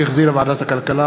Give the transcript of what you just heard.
שהחזירה ועדת הכלכלה,